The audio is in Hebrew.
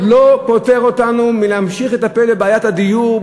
אך זה עוד לא פוטר אותנו מלהמשיך לטפל בבעיית הדיור,